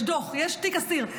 יש דוח, יש תיק אסיר.